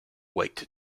weight